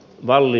malli